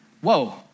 whoa